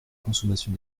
consommation